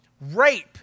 Rape